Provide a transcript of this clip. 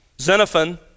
Xenophon